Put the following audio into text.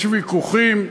יש ויכוחים.